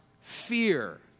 fear